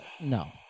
No